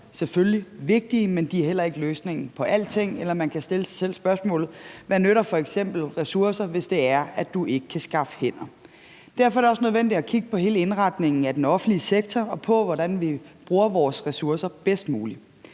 selvfølgelig vigtige, men de er heller ikke løsningen på alting, eller man kan stille sig selv spørgsmålet: Hvad nytter f.eks. ressourcer, hvis det er sådan, at du ikke kan skaffe hænder? Derfor er det også nødvendigt at kigge på hele indretningen af den offentlige sektor og på, hvordan vi bruger vores ressourcer bedst muligt.